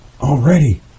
already